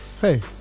hey